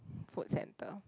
food center